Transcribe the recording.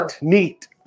neat